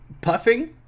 puffing